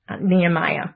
Nehemiah